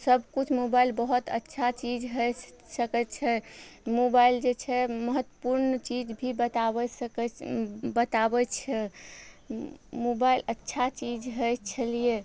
सब किछु मोबाइल बहुत अच्छा चीज हो सकय छै मोबाइल जे छै महत्वपूर्ण चीज भी बताबय सकय बताबय छै मोबाइल अच्छा चीज होइ छलियै